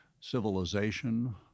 civilization